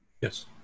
Yes